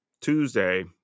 Tuesday